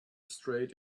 straight